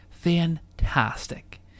fantastic